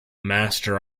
master